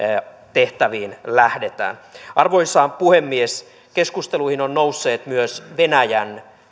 tehtäviin lähdetään arvoisa puhemies keskusteluihin ovat nousseet myös